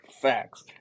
facts